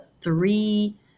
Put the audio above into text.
three